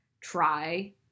try